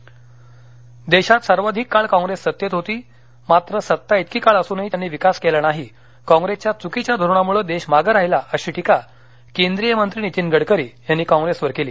गडकरी अमरावती देशात सर्वाधिक काळ काँग्रेस सत्तेत होती मात्र सत्ता इतकी काळ असूनही त्यांनी विकास केला नाही काँग्रेसच्या चुकीच्या धोरणामुळे देश मागे राहिला अशी टीका केंद्रीय मंत्री नितीन गडकरी यांनी काँप्रेसवर केली